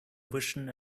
vision